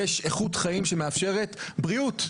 יש איכות חיים שמאפשרת בריאות,